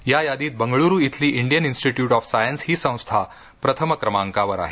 या यादीत बेंगळूरु इथली इंडियन इन्स्टिट्यूट ऑफ सायन्स ही संस्था प्रथम क्रमांकावर आहे